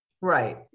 Right